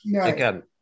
Again